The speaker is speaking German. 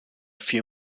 vier